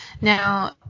Now